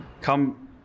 come